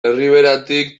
erriberatik